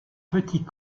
petit